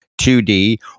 2D